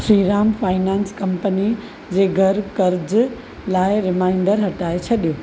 Shriram finance company जे घरु क़र्ज लाइ रिमाइंडर हटाए छॾियो